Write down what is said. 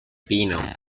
pino